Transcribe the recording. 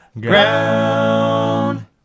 ground